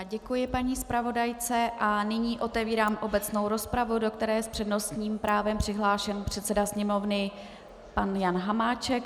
Děkuji paní zpravodajce a nyní otevírám obecnou rozpravu, do které je s přednostním právem přihlášen předseda Sněmovny pan Jan Hamáček.